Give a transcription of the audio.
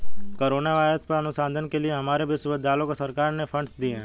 corona virus पर अनुसंधान के लिए हमारे विश्वविद्यालय को सरकार ने फंडस दिए हैं